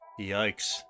Yikes